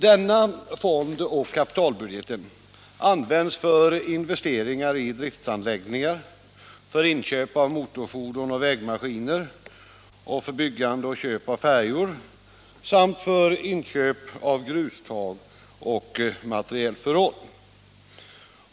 Denna fond på kapitalbudgeten används för investeringar i driftsanläggningar, för inköp av motorfordon och vägmaskiner, för byggande och köp av färjor samt för inköp av grustag och materielförråd.